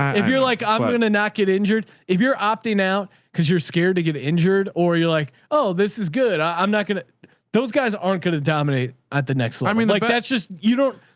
if you're like, i'm going to knock it injured. if you're opting out, cause you're scared to get injured or you're like, oh, this is good. i'm not going to those guys. aren't going to dominate at the next slide. i mean like that's just, you don't,